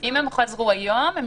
אם הם חזרו היום והם